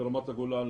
לרמת הגולן,